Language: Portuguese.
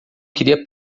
queria